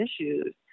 issues